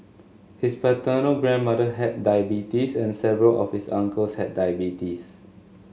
his paternal grandmother had diabetes and several of his uncles had diabetes